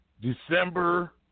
December